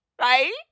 right